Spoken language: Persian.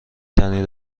ترین